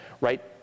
right